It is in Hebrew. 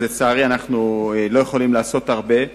אז לצערי אנחנו לא יכולים לעשות הרבה.